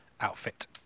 outfit